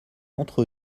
entre